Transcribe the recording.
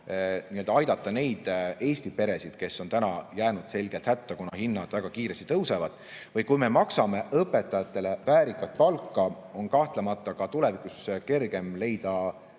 aidata neid Eesti peresid, kes on täna selgelt hätta jäänud, kuna hinnad väga kiiresti tõusevad. Või kui me maksame õpetajatele väärikat palka, on kahtlemata ka tulevikus kergem leida